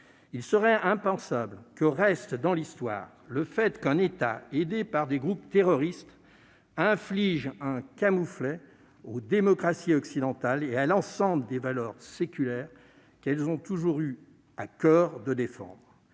Il serait impensable que reste dans l'histoire le fait qu'un État, aidé par des groupes terroristes, inflige un camouflet aux démocraties occidentales et à l'ensemble des valeurs séculaires qu'elles ont toujours eu à coeur de défendre.